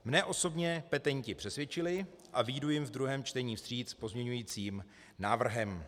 Mne osobně petenti přesvědčili a vyjdu jim v druhém čtení vstříc pozměňovacím návrhem.